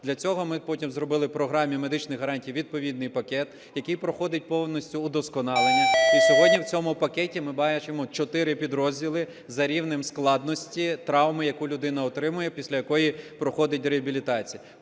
Для цього ми потім зробили в програмі медичних гарантій відповідний пакет, який проходить повністю удосконалення. І сьогодні в цьому пакеті ми бачимо чотири підрозділи за рівнем складності травми, яку людина отримує, після якої проходить реабілітацію.